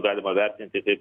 galima vertinti kaip